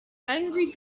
angry